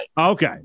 Okay